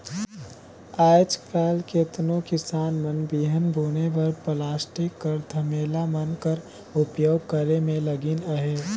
आएज काएल केतनो किसान मन बीहन बुने बर पलास्टिक कर धमेला मन कर उपियोग करे मे लगिन अहे